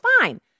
fine